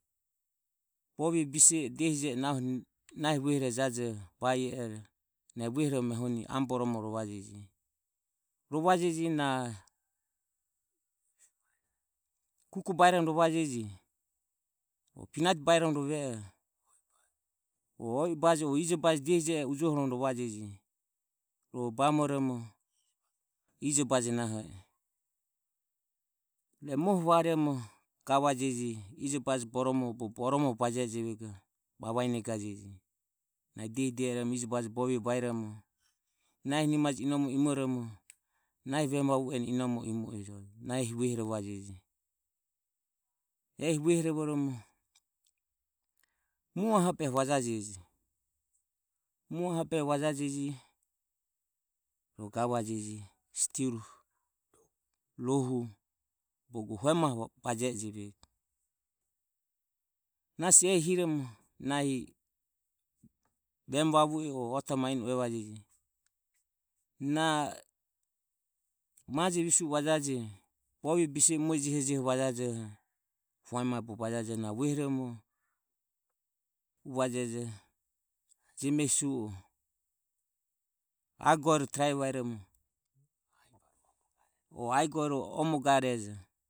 Bovie bise e nahi vuehorore jadoho ba i rodeni na e vuehorovoromo amo boromo rovaje. Rovajeje na kukue baeromo rovajeje o peanutie baeromo rove oho o o i baje o ijobaje eho ujohoromo rovajeje. Ro bamoromo ijobaje naho i e muoho vaeromo gavajeje ijobaje bogo boromoho baje e jevego vavaenegajeje. Na diehi diehi e oromo ijobaje borome baeromo nahi nimaje inomoho imoromo nahi vemu vavue eni inomoho imo ejojo. Na ehi vuehorovajeje ehi vuehorovoromo mue aho o behe vajaje rohu gavajeje rohu hue maho bogo baje ejeve nasi ehi hiromo nahi vemu vavue e o ota ma ino uevajeje na maje visue vajaje bovie bise e mue jehejehe hue mae bogo bajajeje uvajeje jemehi sivu e ae goero trie vae garejo o ae goero omo garejo.